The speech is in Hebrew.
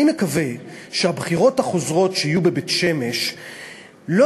אני מקווה שהבחירות החוזרות שיהיו בבית-שמש לא